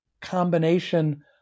combination